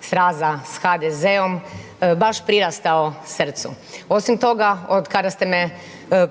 sraza s HDZ-om baš prirastao srcu. Osim toga od kada ste me